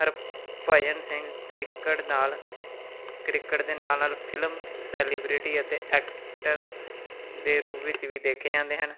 Harbhajan Singh cricket ਨਾਲ cricket ਦੇ ਨਾਲ ਨਾਲ ਫ਼ਿਲਮ ਸੈਲੀਬ੍ਰਿਟੀ ਅਤੇ ਐਕਟਰ ਦੇ ਰੂਪ ਵਿੱਚ ਵੀ ਦੇਖੇ ਜਾਂਦੇ ਹਨ